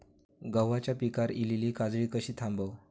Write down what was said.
गव्हाच्या पिकार इलीली काजळी कशी थांबव?